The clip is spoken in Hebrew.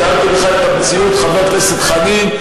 תיארתי לך את המציאות, חבר הכנסת חנין.